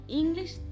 english